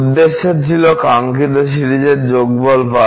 উদ্দেশ্য ছিল কাঙ্ক্ষিত সিরিজের যোগফল পাওয়া